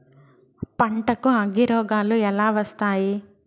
పంటకు అగ్గిరోగాలు ఎలా వస్తాయి?